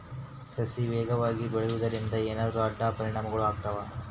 ಸಸಿಗಳು ವೇಗವಾಗಿ ಬೆಳೆಯುವದರಿಂದ ಏನಾದರೂ ಅಡ್ಡ ಪರಿಣಾಮಗಳು ಆಗ್ತವಾ?